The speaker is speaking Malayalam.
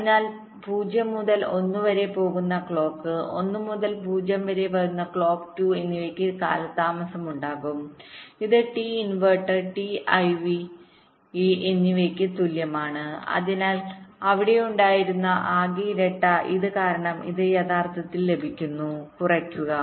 അതിനാൽ 0 മുതൽ 1 വരെ പോകുന്ന ക്ലോക്ക് 1 മുതൽ 0 വരെ പോകുന്ന ക്ലോക്ക് 2 എന്നിവയ്ക്ക് കാലതാമസമുണ്ടാകും ഇത് ടി ഇൻവെർട്ടർ ടി ഐവി വിt inverter t iv and v so the total t wഎന്നിവയ്ക്ക് തുല്യമാണ് അതിനാൽ അവിടെ ഉണ്ടായിരുന്ന ആകെ ഇരട്ട ഇത് കാരണം ഇത് യഥാർത്ഥത്തിൽ ലഭിക്കുന്നു കുറയ്ക്കുക